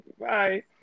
Bye